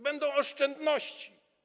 Będą oszczędności.